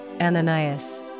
Ananias